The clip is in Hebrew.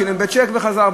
שילם בצ'ק וחזר,